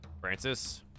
Francis